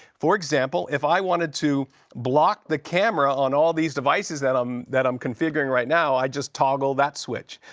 for example, if i wanted to block the camera on all of these devices that i'm that i'm configuring right now, i just toggle that switch.